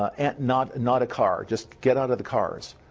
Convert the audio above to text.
ah not not a car, just get out of the cars.